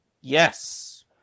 Yes